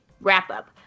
wrap-up